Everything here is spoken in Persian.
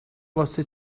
واسه